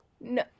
No